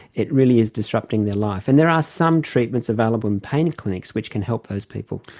it really is disrupting their life. and there are some treatments available in pain clinics which can help those people.